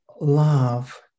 love